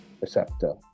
receptor